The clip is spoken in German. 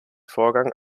vorgang